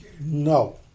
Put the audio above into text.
No